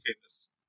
famous